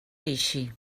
així